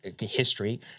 history